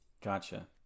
Gotcha